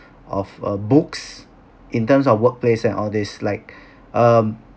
of a books in terms of workplace and all these like um